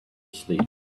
asleep